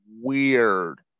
weird